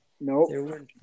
No